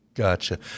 Gotcha